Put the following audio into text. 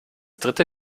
dritte